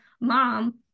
mom